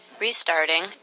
Restarting